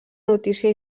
notícia